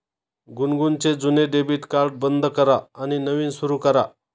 गुनगुनचे जुने debit card बंद करा आणि नवीन सुरू करा